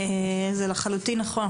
זה לחלוטין נכון,